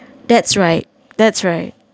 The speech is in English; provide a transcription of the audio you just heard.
that's right that's right